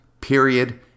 Period